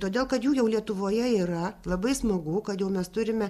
todėl kad jų jau lietuvoje yra labai smagu kad jau mes turime